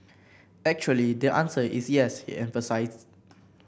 actually the answer is yes he emphasised